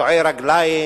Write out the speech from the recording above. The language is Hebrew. קטועי רגליים,